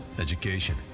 education